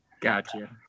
Gotcha